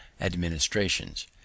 administrations